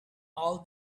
all